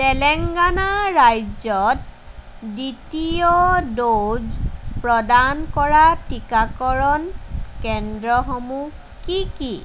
তেলেংগানা ৰাজ্যত দ্বিতীয় ড'জ প্ৰদান কৰা টিকাকৰণ কেন্দ্ৰসমূহ কি কি